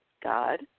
God